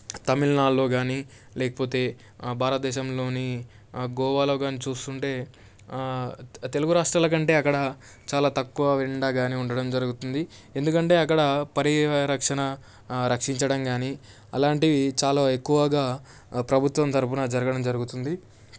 తమిళనాడులో కానీ లేకపోతే భారత దేశంలోని గోవాలో కానీ చూస్తుంటే తె తెలుగు రాష్ట్రాల కంటే అక్కడ చాలా తక్కువ ఎండ కానీ ఉండడం జరుగుతుంది ఎందుకంటే అక్కడ పరీవరక్షణ రక్షించడం కానీ అలాంటివి చాలా ఎక్కువగా ప్రభుత్వం తరఫున జరగడం జరుగుతుంది